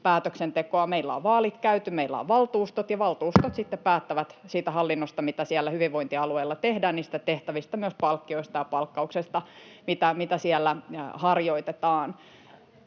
päätöksentekoa. Meillä on vaalit käyty, meillä on valtuustot, ja valtuustot sitten päättävät siitä hallinnosta, mitä siellä hyvinvointialueella tehdään, niistä tehtävistä, myös palkkioista ja palkkauksesta, mitä siellä harjoitetaan.